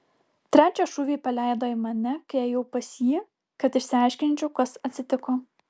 trečią šūvį paleido į mane kai ėjau pas jį kad išsiaiškinčiau kas atsitiko